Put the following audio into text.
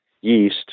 yeast